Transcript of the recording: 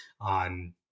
on